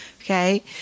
Okay